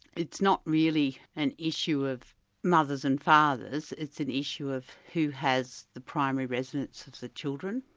it's not really an issue of mothers and fathers, it's an issue of who has the primary residence of the children,